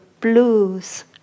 blues